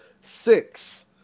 six